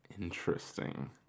Interesting